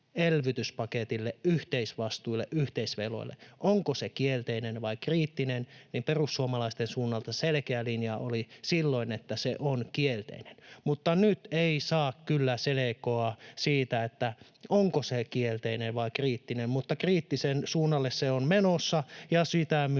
elvytyspaketille, yhteisvastuille, yhteisveloille, onko se kielteinen vai kriittinen. Perussuomalaisten suunnalta selkeä linja oli silloin, että se on kielteinen. Nyt ei saa kyllä selkoa siitä, onko se kielteinen vai kriittinen, mutta kriittisen suunnalle se on menossa, ja sitä myötä